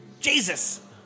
Jesus